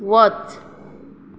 वच